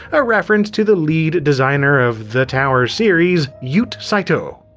a reference to the lead designer of the tower series, yoot saito.